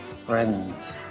Friends